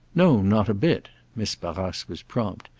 no, not a bit miss barrace was prompt.